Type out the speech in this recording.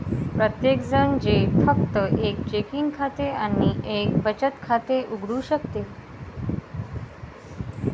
प्रत्येकजण जे फक्त एक चेकिंग खाते आणि एक बचत खाते उघडू शकतात